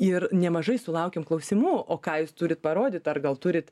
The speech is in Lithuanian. ir nemažai sulaukiam klausimų o ką jūs turit parodyt ar gal turit